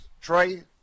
Trey